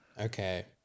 Okay